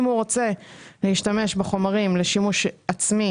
אם הוא רוצה להשתמש בחומרים בשימוש עצמי,